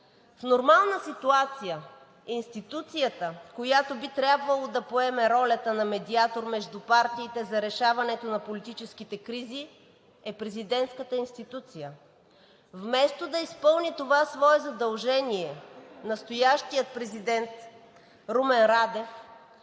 В нормална ситуация институцията, която би трябвало да поеме ролята на медиатор между партиите за решаването на политическите кризи, е президентската институция. Вместо да изпълни това свое задължение, настоящият президент Румен Радев